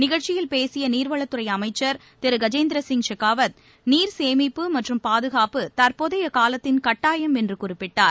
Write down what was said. நிகழ்ச்சியில் பேசிய நீர்வளத்துறை அமைச்சள் திரு கஜேந்திரசிங் ஷெகாவத் நீர் சேமிப்பு மற்றும் பாதுகாப்பு தற்போதைய காலத்தின் கட்டாயம் என்று குறிப்பிட்டார்